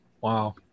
wow